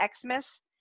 Xmas